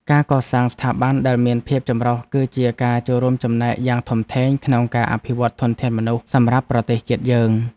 ការកសាងស្ថាប័នដែលមានភាពចម្រុះ គឺជាការចូលរួមចំណែកយ៉ាងធំធេងក្នុងការអភិវឌ្ឍធនធានមនុស្សសម្រាប់ប្រទេសជាតិយើង។